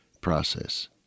process